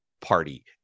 party